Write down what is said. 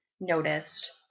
noticed